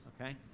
Okay